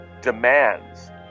demands